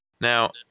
Now